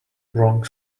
wrong